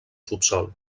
subsòl